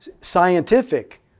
scientific